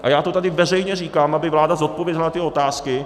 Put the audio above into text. A já to tady veřejně říkám, aby vláda zodpověděla ty otázky.